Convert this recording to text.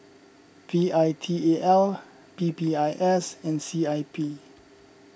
V I T A L P P I S and C I P